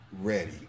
ready